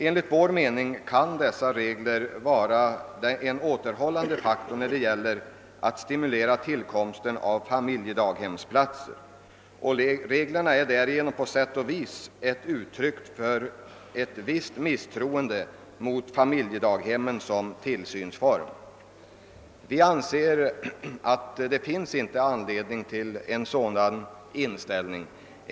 Enligt vår mening kan dessa regler vara en återhållande faktor när det gäller att stimulera tillkomsten av familjedaghemsplatser. Reglerna är därigenom på sätt och vis ett uttryck för ett visst misstroende mot familjedaghemmen som tillsynsform. Vi anser att det inte finns anledning till en sådan inställning.